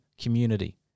community